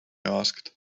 asked